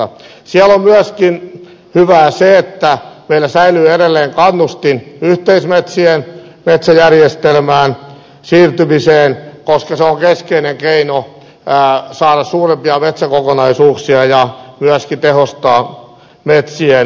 siellä on myöskin hyvää se että meillä säilyy edelleen kannustin yhteismetsien metsäjärjestelmään siirtymiseen koska se on keskeinen keino saada suurempia metsäkokonaisuuksia ja myöskin tehostaa metsien käyttöä